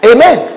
Amen